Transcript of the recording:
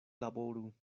laboru